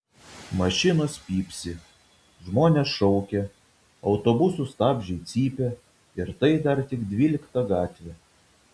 mašinos pypsi žmonės šaukia autobusų stabdžiai cypia ir tai dar tik dvylikta gatvė